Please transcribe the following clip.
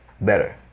better